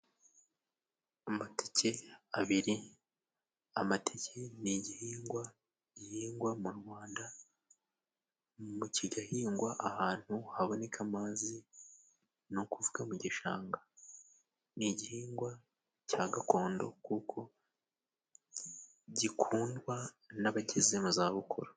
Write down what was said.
Amateke abiri, amateke ni igihingwa gihingwa mu Rwanda mu kigahingwa ahantu haboneka amazi ni ukuvuga mu gishanga; ni igihingwa cya gakondo kuko gikundwa n'abageze mu zabukuru.